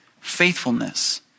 faithfulness